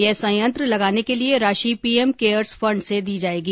यह संयंत्र लगाने के लिए राशि पीएम केयर्स फंड से दी जाएगी